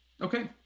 Okay